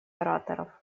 ораторов